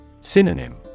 Synonym